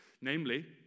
Namely